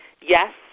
yes